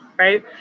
right